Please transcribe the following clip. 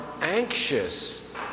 anxious